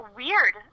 weird